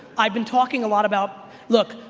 i've been talking a lot about look,